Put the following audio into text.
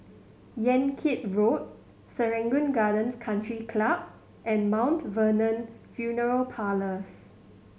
Yan Kit Road Serangoon Gardens Country Club and Mount Vernon Funeral Parlours